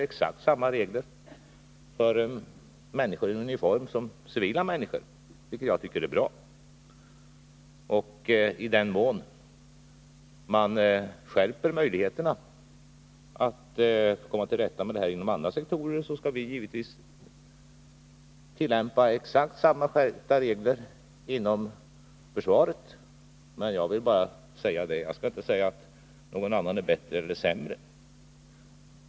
Exakt samma regler gäller för människor i uniform som för civila människor, och det tycker jag är bra. I den mån man inom andra sektorer skärper åtgärderna när det gäller att komma till rätta med problemen skall givetvis också vi inom försvaret tillämpa exakt lika skärpta regler. Jag vill därmed inte säga att någon är bättre eller sämre.